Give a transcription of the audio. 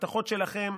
ההבטחות שלכם,